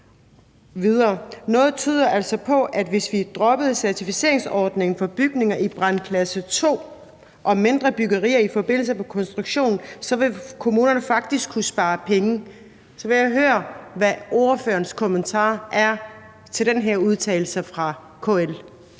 Noget tyder altså på, at hvis vi droppede certificeringsordningen for bygninger i brandklasse 2 og mindre byggerier i forbindelse med konstruktion, så vil kommunerne faktisk kunne spare penge. Så jeg vil høre, hvad ordførerens kommentar er til den her udtalelse fra KL.